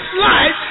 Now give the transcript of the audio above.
life